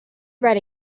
write